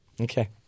Okay